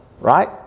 right